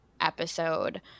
episode –